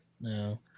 No